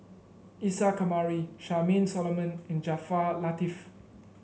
Isa Kamari Charmaine Solomon and Jaafar Latiff